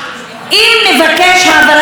אם נבקש העברת סמכויות,